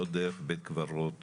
לא דרך בית קברות